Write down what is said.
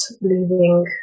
leaving